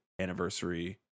anniversary